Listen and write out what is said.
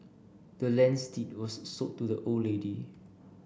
the land's deed was sold to the old lady